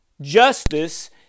justice